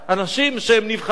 אנשים שהם נבחרי העם.